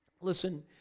Listen